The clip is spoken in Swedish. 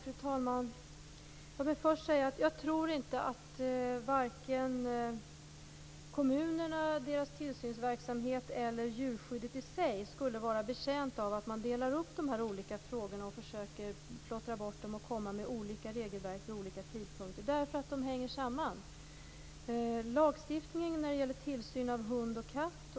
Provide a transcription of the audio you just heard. Fru talman! Låt mig först säga att jag inte tror att vare sig kommunerna, deras tillsynsverksamhet eller djurskyddet i sig skulle vara betjänta av att man delar upp de här frågorna och försöker plottra bort dem genom att komma med olika regelverk vid olika tidpunkter. De hänger nämligen samman.